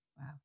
Wow